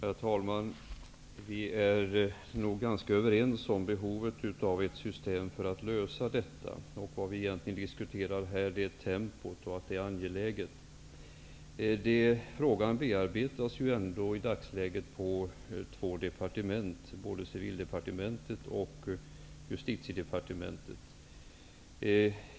Herr talman! Vi är nog ganska överens om behovet av ett system för att lösa detta. Vad vi egentligen diskuterar här är tempot. Frågan bearbetas ändå i dagsläget på två departement, Civildepartementet och Justitiedepartementet.